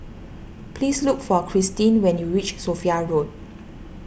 please look for Christeen when you reach Sophia Road